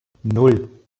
nan